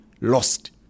lost